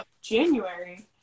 January